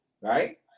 Right